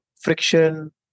friction